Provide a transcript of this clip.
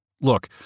Look